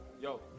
Yo